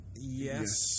Yes